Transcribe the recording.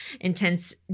intense